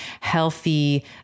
healthy